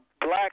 Black